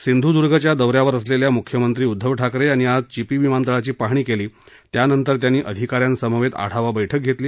सिंधुर्दुर्गच्या दौऱ्यावर असलेल्या मुख्यमंत्री उद्घव ठाकरे यांनी आज चिपी विमानतळाची पाहणी केली त्यानंतर त्यांनी अधिकाऱ्यां समवेत आढावा बैठक घेतली